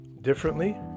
differently